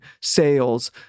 sales